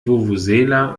vuvuzela